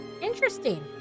interesting